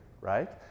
Right